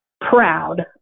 proud